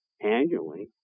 annually